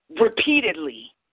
Repeatedly